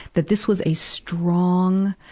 that this was a strong,